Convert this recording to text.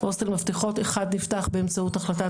הוסטל מפתחות אחד נפתח באמצעות החלטת